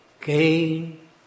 gain